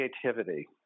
creativity